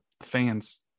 fans